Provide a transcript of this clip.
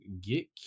get